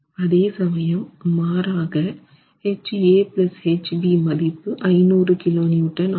அதே சமயம் மாறாக H A HB மதிப்பு 500 kN ஆகும்